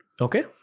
Okay